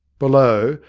below,